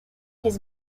his